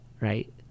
right